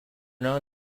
known